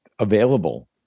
Available